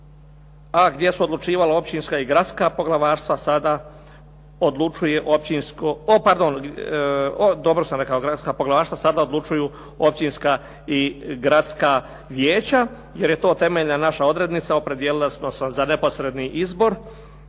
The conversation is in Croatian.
a gdje su odlučivala općinska i gradska poglavarstva, sada odlučuju općinska i gradska vijeća jer je to temeljna naša odrednica opredijelili smo se za neposredni izbor